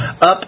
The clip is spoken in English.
up